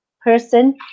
person